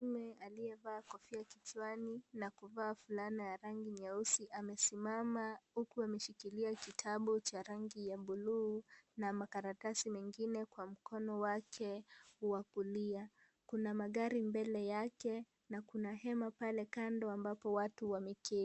Mwanaume alivaa kofia kichwani na kuvaa fulana ya rangi nyeusi. Amesimama huku ameshikilia kitabu cha rangi ya buluu na makaratasi mengine kwa mkono wake wa kulia. Kuna magari mbele yake na kuna hema pale kando, ambapo watu wameketi.